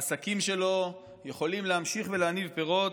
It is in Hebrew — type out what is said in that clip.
העסקים שלו יכולים להמשיך ולהניב פירות,